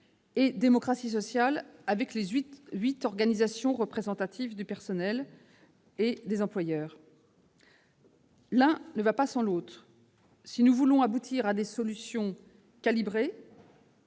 et démocratie sociale avec les huit organisations représentatives des salariés et des employeurs. L'une ne peut aller sans l'autre si nous voulons aboutir à des solutions calibrées,